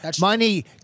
Money